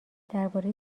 درباره